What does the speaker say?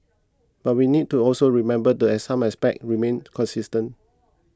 but we need to also remember that some aspects remain consistent